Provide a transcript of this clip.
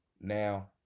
now